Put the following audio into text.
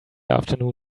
afternoon